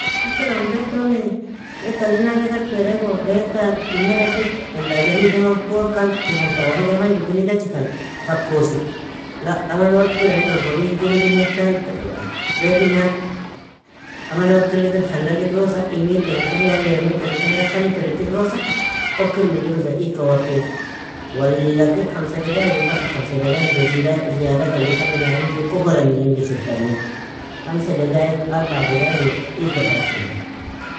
Hekir aun beatuni, beatt allinanne gadbeara igo? Beytta dumeda kir, tellajal idirr orkokan, iron tawalig aman jugil idachikan, fakkosi, la aman orrkira indo orgon igka ur idimnutan beadinga aman orkil idirr, halal idrosa, imit tereka, ya lemun tereka, ya khali terek idrosa, okir menjirosa igka watiu, walla kir خمسة دقايق in bata خمسة دقاق ido zieda_ziadag allitami lano juu kogor angi in gishir tani خمسة دقايق اربعة دقايق و igka fayachinani.